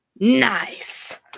Nice